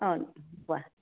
অঁ কোৱা